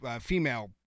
female